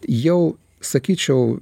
jau sakyčiau